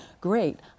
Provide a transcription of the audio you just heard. great